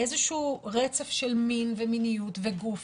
איזשהו רצף של מין ומיניות וגוף